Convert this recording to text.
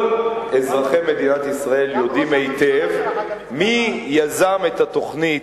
כל אזרחי מדינת ישראל יודעים היטב מי יזם את התוכנית,